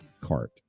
cart